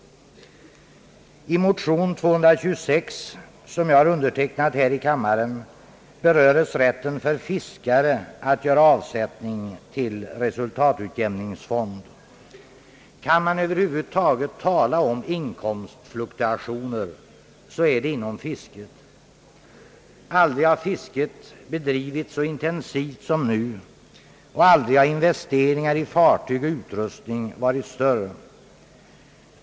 I motion nr 226 här i kammaren, som jag har undertecknat, berörs rätten för fiskare att göra avsättning till resultatutjämningsfond. Kan man över huvud taget tala om inkomstfluktuationer, så är det inom fisket. Aldrig har fisket bedrivits så intensivt som nu, och aldrig har investeringar i fartyg och utrustning varit större.